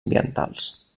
ambientals